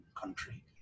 country